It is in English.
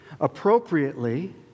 Appropriately